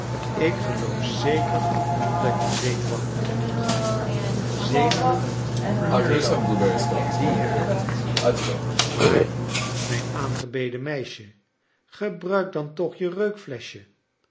ik geloof zeker dat je zeimwachtig bent zenuwenl neen die heb ik nietl maar mijn aangebeden meisje gebruik dan toch je